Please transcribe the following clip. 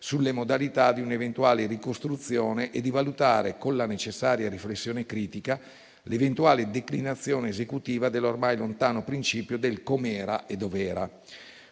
sulle modalità di un'eventuale ricostruzione e di valutare, con la necessaria riflessione critica, l'eventuale declinazione esecutiva dell'ormai lontano principio del come e dove era.